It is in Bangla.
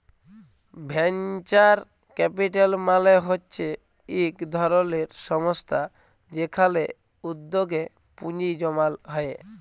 ভেঞ্চার ক্যাপিটাল মালে হচ্যে ইক ধরলের সংস্থা যেখালে উদ্যগে পুঁজি জমাল হ্যয়ে